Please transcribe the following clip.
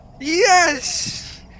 Yes